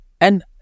And-